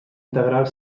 integrar